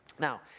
Now